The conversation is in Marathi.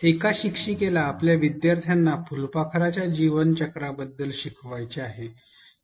एका शिक्षकेला आपल्या विद्यार्थ्यांना फुलपाखराच्या जीवनचक्राबद्दल शिकवायचे आहे